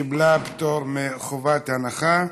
שקיבלה פטור מחובת הנחה.